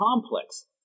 complex